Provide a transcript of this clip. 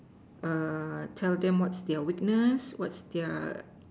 err tell them what's their weakness what's their